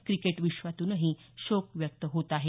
cricket विश्वातून शोक व्यक्त होत आहे